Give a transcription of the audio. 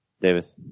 Davis